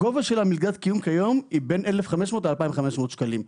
הגובה של מלגת קיום כיום היא בין 1,500 ל-2,500 שקלים.